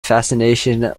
fascination